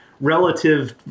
relative